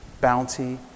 bounty